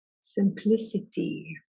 simplicity